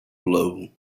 blow